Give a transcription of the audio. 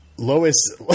Lois